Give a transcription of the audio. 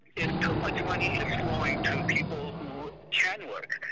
if too much money is going to people who can work,